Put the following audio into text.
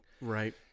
Right